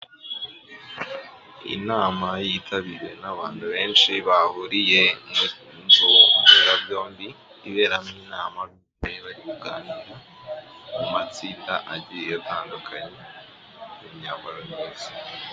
Inama yitabiriwe n'abantu benshi bahuriye munzu mberabyombi iberamo inama bakaba bari kuganira mu matsinda agiye atandukanye mu myambaro myiza.